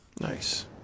Nice